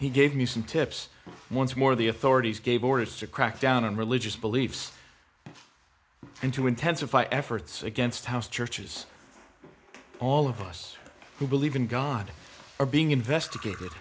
he gave me some tips once more the authorities gave orders to crack down on religious beliefs and to intensify efforts against house churches all of us who believe in god are being investigated